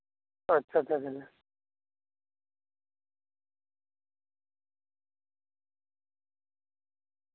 ᱟᱪᱪᱷᱟ ᱟᱪᱪᱷᱟ ᱟᱪᱪᱷᱟ